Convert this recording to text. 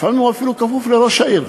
לפעמים הוא אפילו כפוף לראש העיר,